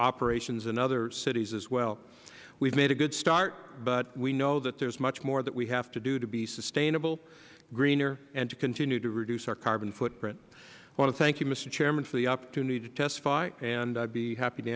operations in other cities as well we have made a good start but we know that there is much more that we have to do to be sustainable greener and to continue to reduce our carbon footprint i want to thank you mister chairman for the opportunity to testify and i would be happy to